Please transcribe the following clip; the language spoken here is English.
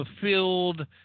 fulfilled